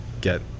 get